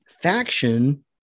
faction